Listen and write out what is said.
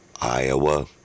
Iowa